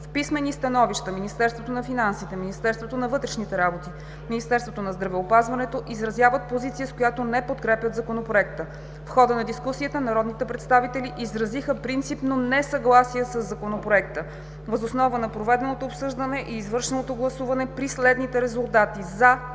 В писмени становища Министерството на финансите, Министерството на вътрешните работи, Министерството на здравеопазването изразяват позиция, с която не подкрепят Законопроекта. В хода на дискусията народни представители изразиха принципно несъгласие със Законопроекта. Въз основа на проведеното обсъждане и извършеното гласуване при следните резултати: „за“